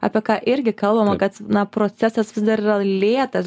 apie ką irgi kalbama kad na procesas vis dar yra lėtas